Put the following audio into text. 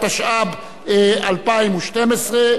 התשע"ב 2012,